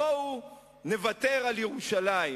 בואו נוותר על ירושלים,